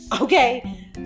Okay